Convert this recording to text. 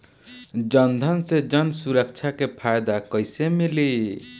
जनधन से जन सुरक्षा के फायदा कैसे मिली?